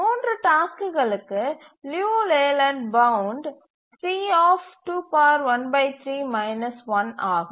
3 டாஸ்க்குகளுக்கு Liu Layland bound ஆகும்